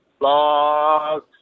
Vlogs